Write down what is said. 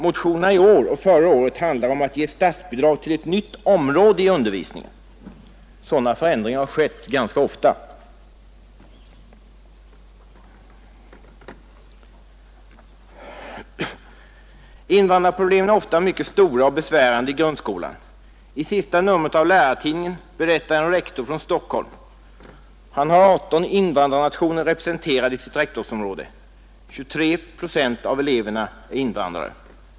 Motionerna i år och förra året handlar om att ge statsbidrag till ett nytt område i undervisningen. Sådana förändringar har skett ganska ofta. Invandrarproblemen är ofta mycket stora och besvärande i grundskolan. I ett av de sista numren av Lärartidningen berättar en rektor från Stockholm. Han har 18 invandrarnationer representerade i sitt rektorsområde, och 23 procent av eleverna är invandrare.